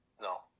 No